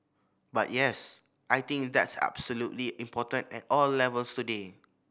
but yes I think that's absolutely important at all levels today